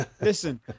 Listen